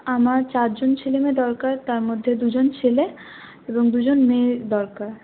আমার চারজন ছেলে মেয়ে দরকার তার মধ্যে দুজন ছেলে এবং দুজন মেয়ে দরকার